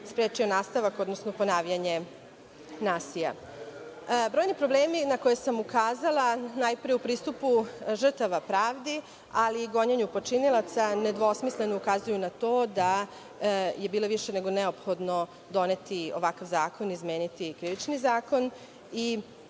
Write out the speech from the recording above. sprečio nastavak, odnosno ponavljanje nasilja. Brojni problemi na koje sam ukazala, najpre u pristupu žrtava pravdi, ali i gonjenju počinilaca nedvosmisleno ukazuju na to je bilo više nego neophodno doneti ovakav zakon, izmeniti Krivični zakon